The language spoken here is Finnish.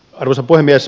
arvoisa puhemies